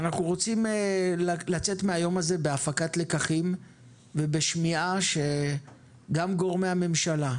ואנחנו רוצים לצאת מהיום הזה בהפקת לקחים ובשמיעה שגם גורמי הממשלה,